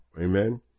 amen